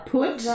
Put